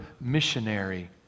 missionary